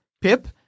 Pip